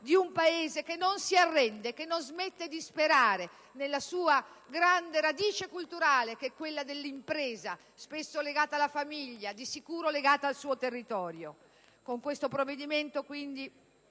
di un Paese che non si arrende, che non smette di sperare nella sua grande radice culturale, quella dell'impresa, spesso legata alla famiglia, di sicuro legata al suo territorio. Con questo provvedimento il